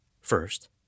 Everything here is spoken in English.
First